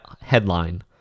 headline